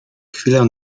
chwilę